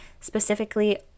specifically